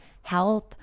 health